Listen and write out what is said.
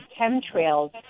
chemtrails